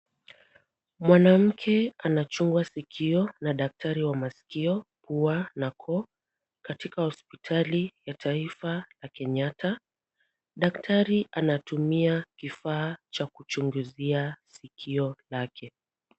Mwanamke anachungwa sikio na daktari wa masikio, pua na koo katika hospitali ya taifa ya Kenyatta. Daktari anatumia kifaa cha kuchunguzia sikio lake.